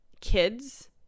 kids